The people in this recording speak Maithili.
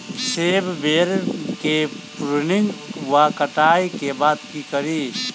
सेब बेर केँ प्रूनिंग वा कटाई केँ बाद की करि?